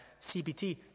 CBT